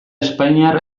espainiar